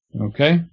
okay